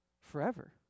forever